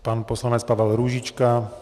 Pan poslanec Pavel Růžička.